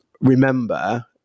remember